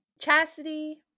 chastity